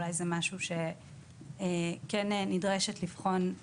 אולי זה משהו שכן נדרשת לבחון את